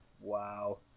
Wow